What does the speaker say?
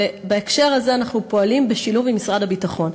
ובהקשר הזה אנחנו פועלים בשילוב עם משרד הביטחון.